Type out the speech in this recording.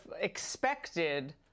expected